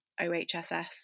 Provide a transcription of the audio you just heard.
OHSS